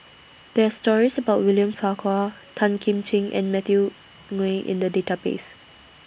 There's stories about William Farquhar Tan Kim Ching and Matthew Ngui in The Database